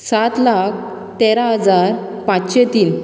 सात लाख तेरा हजार पाचशें तीन